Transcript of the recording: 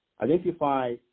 identify